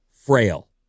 frail